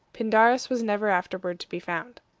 pindarus was never afterward to be found.